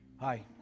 Hi